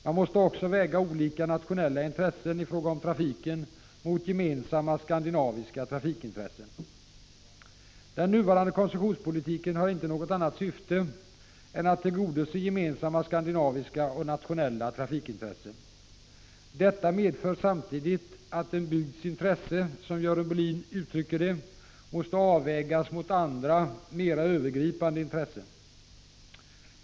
Man måste också väga olika nationella intressen i fråga om trafiken mot gemensamma skandinaviska trafikintressen. Den nuvarande koncessionspolitiken har inte något annat syfte än att tillgodose gemensamma skandinaviska och nationella trafikintressen. Detta medför samtidigt att en bygds intresse, som Görel Bohlin uttrycker det, måste avvägas mot andra mera Övergripande intressen.